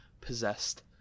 possessed